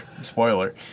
Spoiler